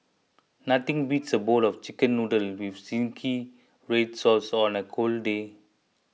nothing beats a bowl of Chicken Noodles with Zingy Red Sauce on a cold day